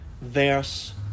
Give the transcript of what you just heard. verse